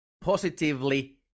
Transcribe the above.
positively